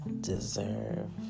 deserve